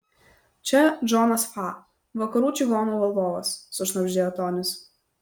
čia džonas fa vakarų čigonų valdovas sušnabždėjo tonis